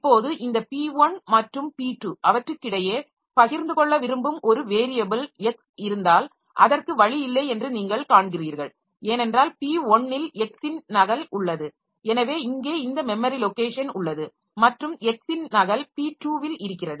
இப்போது இந்த p1 மற்றும் p2 அவற்றுக்கிடையே பகிர்ந்து கொள்ள விரும்பும் ஒரு வேரியபில் x இருந்தால் அதற்கு வழி இல்லை என்று நீங்கள் காண்கிறீர்கள் ஏனென்றால் p 1 இல் x இன் நகல் உள்ளது எனவே இங்கே இந்த மெமரி லொக்கேஷன் உள்ளது மற்றும் x இன் நகல் p 2 இல் இருக்கிறது